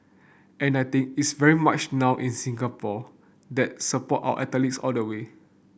and I think it's very much now in Singapore that support our athletes all the way